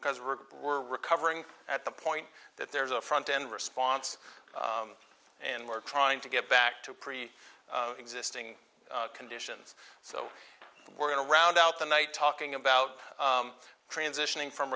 because we're we're recovering at the point that there's a front end response and we're trying to get back to pre existing conditions so we're going to round out the night talking about transitioning from